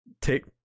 take